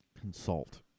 Consult